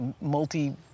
multi